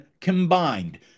combined